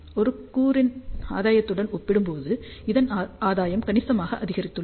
ஒரு கூறின் ஆதாயத்துடன் ஒப்பிடும்போது இதன் ஆதாயம் கணிசமாக அதிகரித்துள்ளது